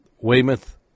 Weymouth